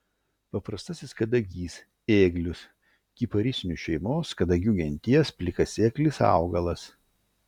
paprastasis kadagys ėglius kiparisinių šeimos kadagių genties plikasėklis augalas